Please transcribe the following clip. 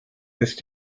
ist